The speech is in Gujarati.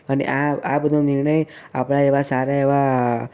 અને આ આ બધો નિર્ણય આપણા એવા સારા એવા